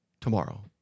tomorrow